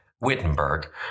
Wittenberg